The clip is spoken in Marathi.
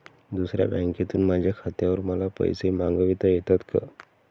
दुसऱ्या बँकेतून माझ्या खात्यावर मला पैसे मागविता येतात का?